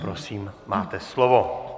Prosím, máte slovo.